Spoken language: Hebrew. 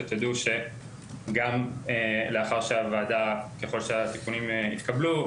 שתדעו שגם לאחר שהוועדה ככל שהתיקונים יתקבלו,